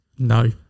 No